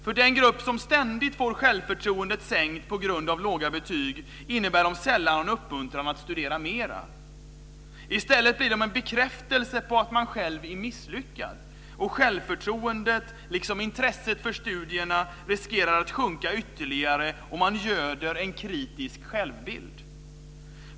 För den grupp som ständigt får självförtroendet sänkt på grund av låga betyg innebär de sällan någon uppmuntran att studera mer. I stället blir de en bekräftelse på att man själv är misslyckad. Självförtroendet liksom intresset för studierna riskerar att sjunka ytterligare, och man göder en kritisk självbild.